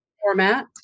format